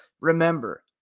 remember